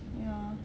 ya